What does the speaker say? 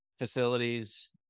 Facilities